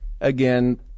again